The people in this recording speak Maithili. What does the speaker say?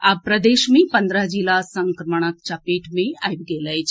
आब प्रदेश मे पन्द्रह जिला संक्रमणक चपेट मे आबि गेल अछि